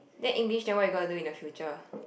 then English then what you gonna do in the future